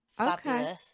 okay